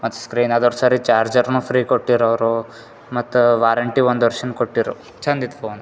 ಮತ್ತು ಸ್ಕ್ರೀನ್ ಅದರ್ ಸರಿ ಚಾರ್ಜರ್ನು ಫ್ರೀ ಕೊಟ್ಟಿರೋ ಅವರು ಮತ್ತು ವಾರಂಟಿ ಒಂದು ವರ್ಷ ಕೊಟ್ಟಿರು ಚಂದ ಇತ್ತು ಫೋನ್